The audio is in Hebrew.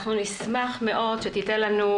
אנחנו נשמח מאוד שתיתן לנו